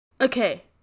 Okay